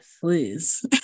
please